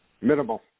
Minimal